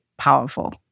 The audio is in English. powerful